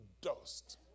dust